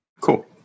Cool